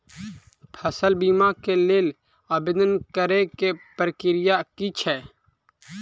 फसल बीमा केँ लेल आवेदन करै केँ प्रक्रिया की छै?